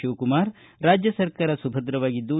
ಶಿವಕುಮಾರ್ ರಾಜ್ಯ ಸರ್ಕಾರ ಸುಭದ್ರವಾಗಿದ್ದು